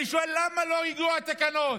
אני שואל: למה לא הגיעו התקנות?